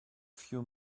few